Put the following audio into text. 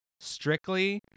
strictly